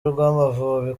rw’amavubi